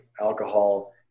alcohol